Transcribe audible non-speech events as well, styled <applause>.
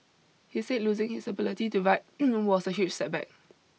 he said losing his ability to write <noise> was a huge setback